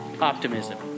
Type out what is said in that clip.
optimism